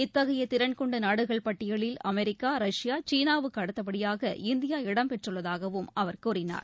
இத்தகைய திறன் கொண்ட நாடுகள் பட்டியலில் அமெரிக்கா ரஷ்யா சீனாவுக்கு அடுத்தபடியாக இந்தியா இடம்பெற்றுள்ளதாகவும் அவர் கூறினார்